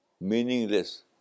meaningless